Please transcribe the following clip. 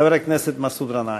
חבר הכנסת מסעוד גנאים.